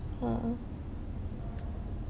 a'ah